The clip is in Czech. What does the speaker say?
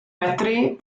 metry